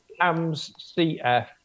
amscf